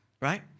right